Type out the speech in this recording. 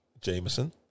Jameson